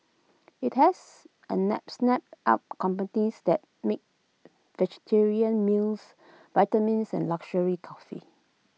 IT has snapped up companies that make vegetarian meals vitamins and luxury coffee